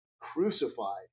crucified